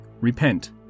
repent